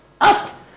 Ask